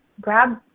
Grab